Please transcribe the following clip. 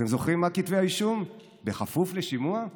אתם זוכרים מה כתבי האישום, בכפוף לשימוע?